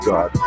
God